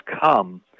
come